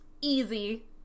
easy